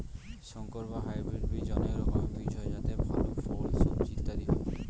সংকর বা হাইব্রিড বীজ অনেক রকমের হয় যাতে ভাল ফল, সবজি ইত্যাদি হয়